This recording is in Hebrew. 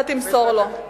אתה תמסור לו,